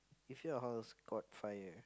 if your house caught fire